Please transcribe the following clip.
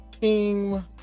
Team